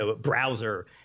browser